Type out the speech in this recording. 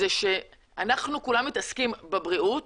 זה שאנחנו כולנו מתעסקים בבריאות,